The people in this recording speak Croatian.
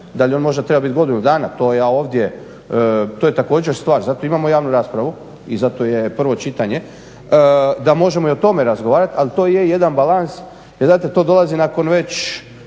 da li on možda treba bit godinu dana, to je također stvar, zato imamo javnu raspravu i zato je prvo čitanje da možemo i o tome razgovarat ali to je jedan balans … to dolazi nakon već